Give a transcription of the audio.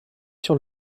sur